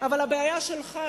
אבל הבעיה שלך,